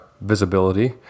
visibility